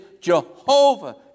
Jehovah